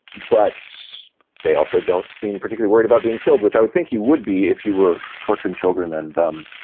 but they also don't seem particular worried about being killed which i would think you would be if you were torturing children and um